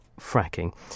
fracking